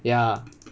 ya